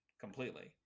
completely